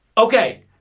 Okay